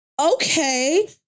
Okay